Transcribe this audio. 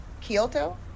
Kyoto